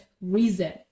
reason